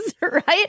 right